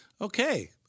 Okay